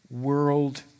world